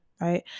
right